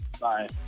Bye